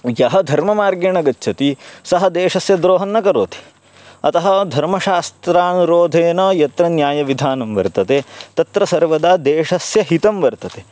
यः धर्ममार्गेण गच्छति सः देशस्य द्रोहं न करोति अतः धर्मशास्त्रानुरोधेन यत्र न्यायविधानं वर्तते तत्र सर्वदा देशस्य हितं वर्तते